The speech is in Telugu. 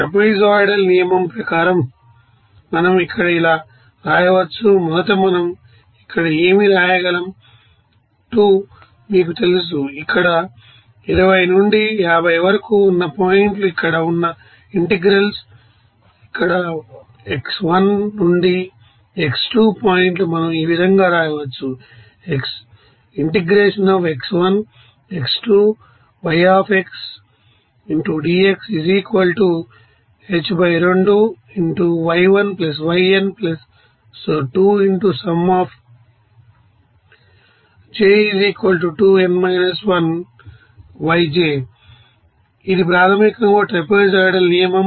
ట్రాపెజోయిడల్ నియమం ప్రకారం మనం ఇక్కడ ఇలా రాయవచ్చు మొదట మనం ఇక్కడ ఏమి రాయగలం 2 మీకు తెలుసు ఇక్కడ 20 నుంచి 50 వరకు ఉన్న పాయింట్లు ఇక్కడ ఉన్న ఇంటెగ్రల్స్ ఇక్కడ x1 నుండి x2పాయింట్లు మనం ఈ విధంగా రాయవచ్చు ఇది ప్రాథమికంగా ట్రాపెజోయిడల్ నియమం